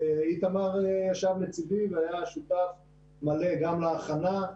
ואיתמר ישב לצידי והיה שותף מלא גם להכנה,